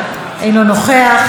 מוותר,